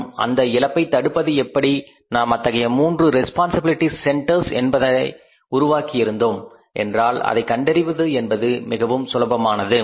மற்றும் அந்த இழப்பை தடுப்பது எப்படி நாம் அத்தகைய 3 ரெஸ்பான்சிபிலிட்டி சென்டர்ஸ் என்பனவற்றை உருவாக்கியிருந்தோம் என்றால் அதை கண்டறிவது என்பது மிகவும் சுலபமானது